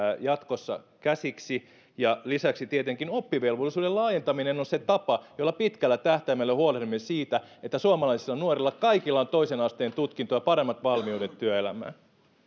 jatkossa käsiksi lisäksi tietenkin oppivelvollisuuden laajentaminen on se tapa jolla pitkällä tähtäimellä huolehdimme siitä että suomalaisilla nuorilla kaikilla on toisen asteen tutkinto ja paremmat valmiudet työelämään